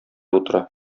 утыра